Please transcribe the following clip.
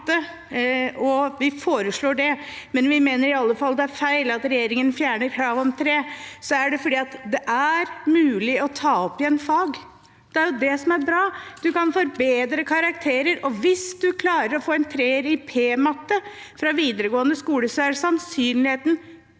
og foreslår det – vi mener i alle fall det er feil at regjeringen fjerner kravet om tre – er det fordi det er mulig å ta opp igjen fag. Det er jo det som er bra. Du kan forbedre karakterer, og hvis du klarer å få en treer i p-matte fra videregående skole, er sannsynligheten